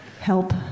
help